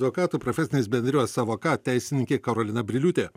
advokatų profesinės bendrijos savoka teisininkė karolina briliūtė